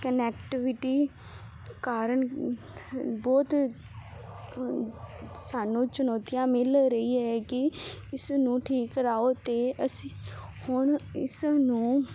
connectivity ਕਾਰਨ ਬਹੁਤ ਸਾਨੂੰ ਚੁਣੌਤੀਆਂ ਮਿਲ ਰਹੀ ਹੈ ਕਿ ਇਸ ਨੂੰ ਠੀਕ ਕਰਵਾਉ ਅਤੇ ਅਸੀਂ ਹੁਣ ਇਸ ਨੂੰ